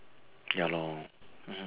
ya lor